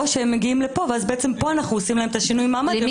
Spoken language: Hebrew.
או שהם מגיעים לפה ואז פה אנחנו עושים להם את שינוי המעמד.